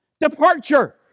Departure